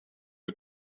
are